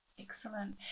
Excellent